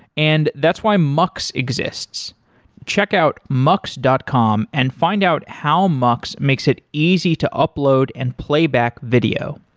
and that's why mux exists check out mux dot com and find out how mux makes it easy to upload and playback video.